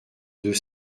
deux